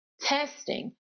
testing